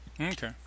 Okay